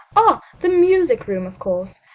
ah! the music-room, of course.